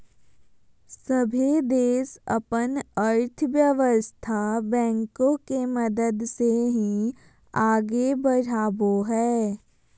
सभे देश अपन अर्थव्यवस्था बैंको के मदद से ही आगे बढ़ावो हय